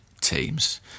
teams